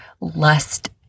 lust